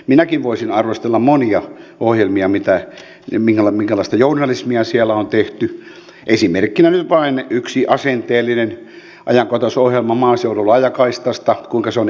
minäkin voisin arvostella monia ohjelmia minkälaista journalismia siellä on tehty esimerkkinä nyt vain yksi asenteellinen ajankohtaisohjelma maaseudun laajakaistasta kuinka se on epäonnistunut